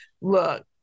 look